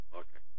okay